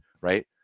right